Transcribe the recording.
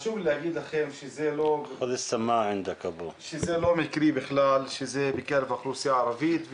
חשוב לי להגיד לכם שזה לא מקרי בכלל שזה בקרב האוכלוסייה הערבית,